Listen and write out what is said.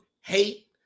hate